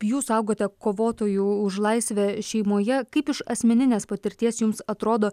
jūs augote kovotojų už laisvę šeimoje kaip iš asmeninės patirties jums atrodo